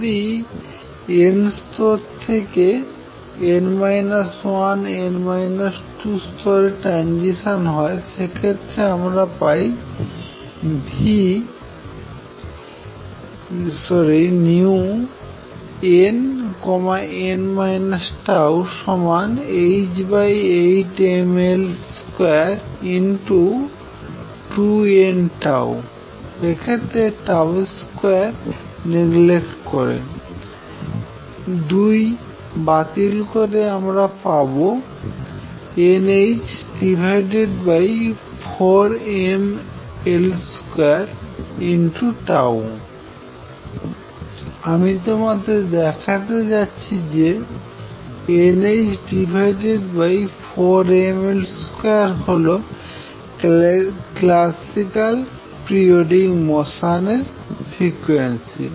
যদি n স্তর থেকে n 1 n 2 স্তরে ট্রানজিশন হয় সেক্ষেত্রে আমরা পাইnn τh8mL22nτ এক্ষেত্রে 2 নেগলেক্ট করে 2 বাতিল করে আমরা পাব nh4ml2τ আমি তোমাদের দেখাতে যাচ্ছি যে nh4ml2 হল ক্লাসিক্যাল পিরিয়ডিক মোশান এর ফ্রিকোয়েন্সি